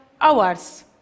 hours